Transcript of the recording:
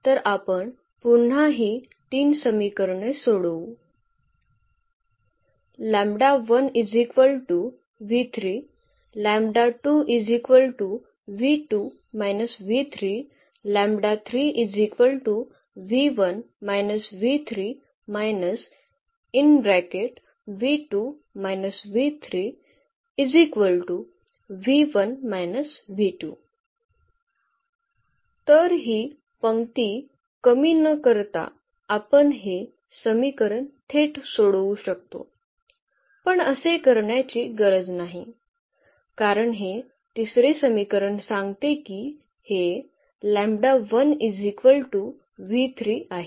तर आपण पुन्हा ही तीन समीकरणे सोडवू तर ही पंक्ती कमी न करता आपण हे समीकरण थेट सोडवू शकतो पण असे करण्याची गरज नाही कारण हे तिसरे समीकरण सांगते की हे आहे